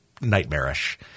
nightmarish